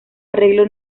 arreglo